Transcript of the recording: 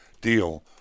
deal